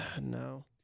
no